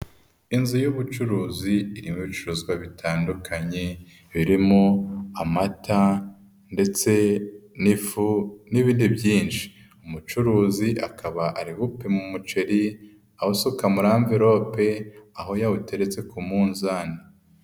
Inzu y'ubucuruzi irimo ibicuruzwa bitandukanye, birimo, amata, ndetse, n'ifu, n'ibindi byinshi. Umucuruzi akaba ari bupima umuceri, awusuka muri amverope, aho yawuteretse ku munzani.